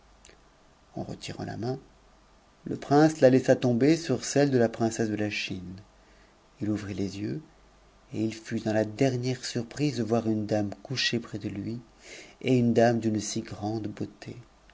en retirant la main le prince la laissa tomber sur celle de la princesse de ta chine it ouvrit les yeux et il fut dans la dernière surprise de voir une dame couchée près de lui et une dame d'une si grande beauté